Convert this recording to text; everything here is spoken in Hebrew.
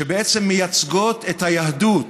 שבעצם מייצגות את היהדות,